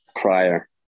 prior